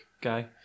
guy